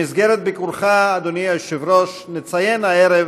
במסגרת ביקורך, אדוני היושב-ראש, נציין הערב